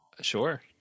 Sure